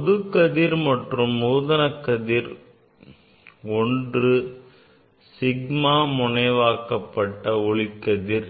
பொதுக் கதிர் மற்றும் நூதன கதிரில் ஒன்று sigma முனைவாக்கப்பட்ட ஒளிக்கதிர்